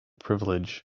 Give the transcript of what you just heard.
privilege